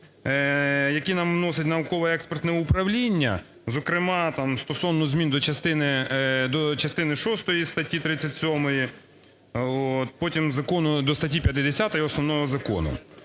які нам вносить Науково-експертне управління, зокрема, стосовно змін до частини шостої статті 37, потім закону… до статті 50 основного закону.